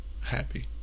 happy